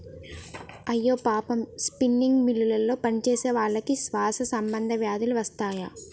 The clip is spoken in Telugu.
అయ్యో పాపం స్పిన్నింగ్ మిల్లులో పనిచేసేవాళ్ళకి శ్వాస సంబంధ వ్యాధులు వస్తాయి